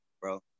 bro